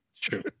True